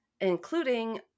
including